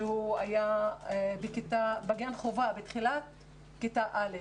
שהוא היה בגן חובה, בתחילת כיתה א',